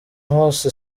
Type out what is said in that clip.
hose